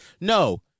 no